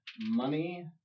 money